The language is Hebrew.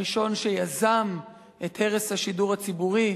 הראשון שיזם את הרס השידור הציבורי,